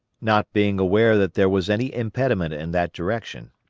not being aware that there was any impediment in that direction.